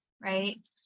right